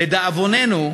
לדאבוננו,